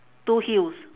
two heels